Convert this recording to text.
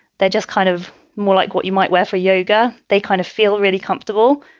they're just kind of more like what you might wear for yoga. they kind of feel really comfortable,